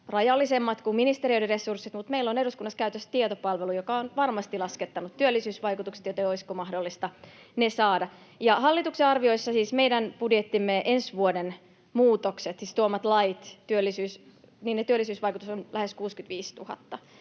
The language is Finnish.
rajallisemmat kuin ministeriöiden resurssit, mutta meillä on eduskunnassa käytössä tietopalvelu, joka on varmasti laskettanut työllisyysvaikutukset, joten olisiko mahdollista ne saada? Hallituksen arvioissa meidän budjettimme ensi vuoden muutoksissa, meidän tuomissamme laeissa, työllisyysvaikutus on lähes 65 000.